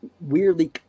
weirdly